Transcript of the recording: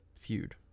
feud